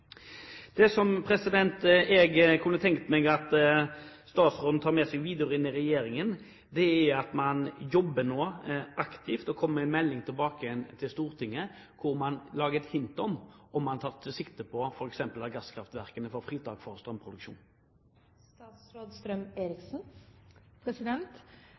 Det jeg kunne tenke meg at statsråden tar med seg videre inn i regjeringen, er at man nå jobber aktivt og kommer tilbake til Stortinget med en melding med et hint om at man tar sikte på f.eks. å la gasskraftverkene få fritak for strømproduksjon.